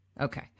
Okay